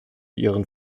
ihren